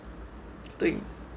对